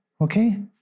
Okay